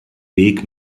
weg